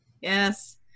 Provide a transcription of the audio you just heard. yes